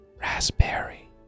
Raspberry